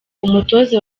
umutoza